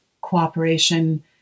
cooperation